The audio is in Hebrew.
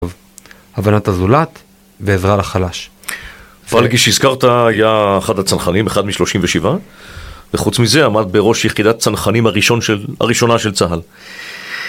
הבנת הזולת ועזרה לחלש. פלגי שהזכרת היה אחד הצנחנים, אחד משלושים ושבעה וחוץ מזה עמד בראש יחידת צנחנים הראשונה של צהל